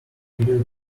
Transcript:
period